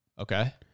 Okay